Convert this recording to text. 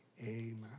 amen